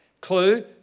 Clue